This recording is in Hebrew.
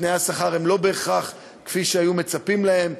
ותנאי השכר הם לא בהכרח כפי שהיו מצפים להם.